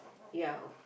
yeah